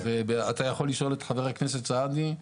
אתה יכול לשאול את חבר הכנסת סעדי.